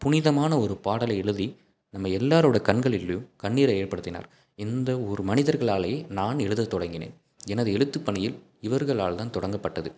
புனிதமான ஒரு பாடலை எழுதி நம்ம எல்லாரோட கண்களிலும் கண்ணீரை ஏற்படுத்தினார் இந்த ஒரு மனிதர்களாலே நான் எழுத தொடங்கினேன் எனது எழுத்துப்பணிகள் இவர்களால் தான் தொடங்கப்பட்டது